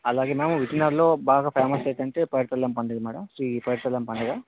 అలాగే మ్యామ్ విజయనగరంలో బాగా ఫేమస్ ఏదంటే పైడితల్లి పండగ మ్యాడం శ్రీ పైడితల్లి అమ్మ పండగ